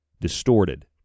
distorted